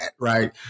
right